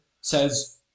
says